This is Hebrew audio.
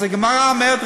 אז הגמרא אומרת,